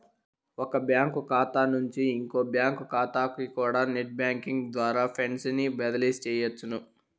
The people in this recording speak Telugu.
ఒక బ్యాంకు కాతా నుంచి ఇంకో బ్యాంకు కాతాకికూడా నెట్ బ్యేంకింగ్ ద్వారా ఫండ్సుని బదిలీ సెయ్యొచ్చును